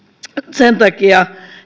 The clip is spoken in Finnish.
sen takia